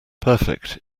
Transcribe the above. perfect